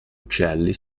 uccelli